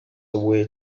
away